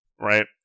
right